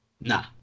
nah